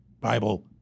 Bible